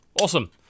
Awesome